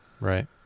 Right